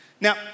Now